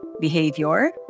behavior